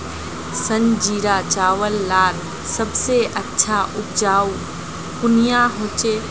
संजीरा चावल लार सबसे अच्छा उपजाऊ कुनियाँ होचए?